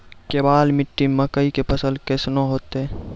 केवाल मिट्टी मे मकई के फ़सल कैसनौ होईतै?